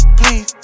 please